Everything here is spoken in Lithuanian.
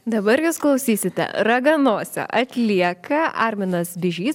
dabar jūs klausysite raganosio atlieka arminas bižys